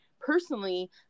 personally